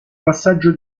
passaggio